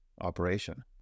operation